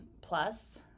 plus